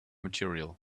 material